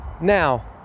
now